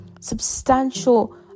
Substantial